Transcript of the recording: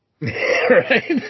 Right